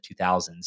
2000s